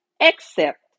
accept